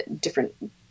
different